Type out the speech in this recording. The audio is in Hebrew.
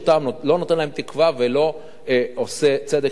לא נותן לה תקווה ולא עושה צדק חברתי.